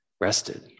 rested